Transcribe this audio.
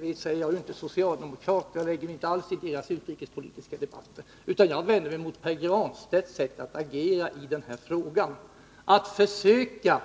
Herr talman! Jag är inte socialdemokrat, och jag lägger mig inte alls i socialdemokraternas utrikespolitiska debatter. Jag vänder mig mot Pär Granstedts sätt att argumentera i den här frågan och hans försök att